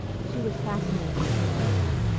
she was fascinating, he told her.